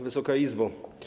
Wysoka Izbo!